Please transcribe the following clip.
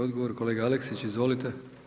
Odgovor kolega Aleksić izvolite.